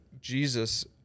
Jesus